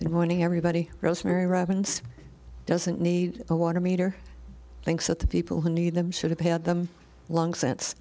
good morning everybody rosemary robbins doesn't need a water meter thanks that the people who need them should have had them long sense